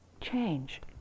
change